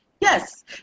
Yes